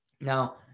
Now